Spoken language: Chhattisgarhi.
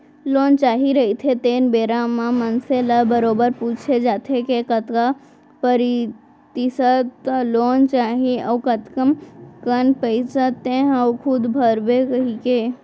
लोन चाही रहिथे तेन बेरा म मनसे ल बरोबर पूछे जाथे के कतका परतिसत लोन चाही अउ कतका कन पइसा तेंहा खूद भरबे कहिके